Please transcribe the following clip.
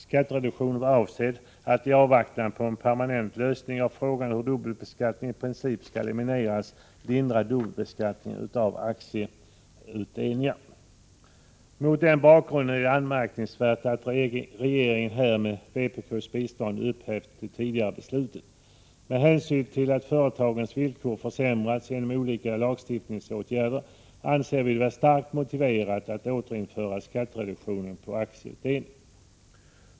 Skattereduktionen var avsedd att i avvaktan på en permanent lösning av frågan hur dubbelbeskattning i princip skall elimineras lindra dubbelbeskattning av aktieutdelningar. Mot den bakgrunden är det anmärkningsvärt att regeringen här med vpk:s bistånd upphävt det tidigare beslutet. Med hänsyn till att företagens villkor försämrats genom olika lagstiftningsåtgärder anser vi det starkt motiverat att återinföra skattereduktionen på aktieutdelningar.